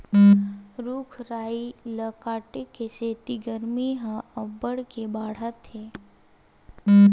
रूख राई ल काटे के सेती गरमी ह अब्बड़ के बाड़हत हे